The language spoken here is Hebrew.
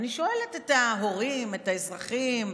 אני שואלת את ההורים, את האזרחים,